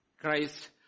Christ